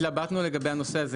התלבטנו לגבי הנושא הזה,